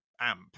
amp